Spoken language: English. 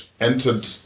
entered